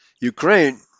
Ukraine